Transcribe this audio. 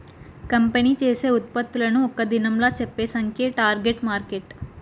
company చేసే ఉత్పత్తులను ఒక్క దినంలా చెప్పే సంఖ్యే టార్గెట్ మార్కెట్